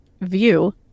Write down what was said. view